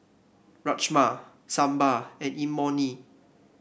Rajma Sambar and Imoni